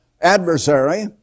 adversary